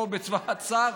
כמו בִּצבא הצר?